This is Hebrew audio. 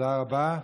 תודה רבה.